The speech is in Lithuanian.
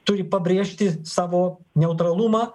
turi pabrėžti savo neutralumą